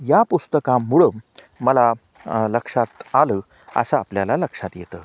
या पुस्तकामुळं मला लक्षात आलं असं आपल्याला लक्षात येतं